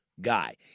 guy